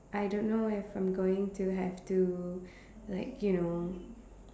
I don't know if I'm going to have to like you know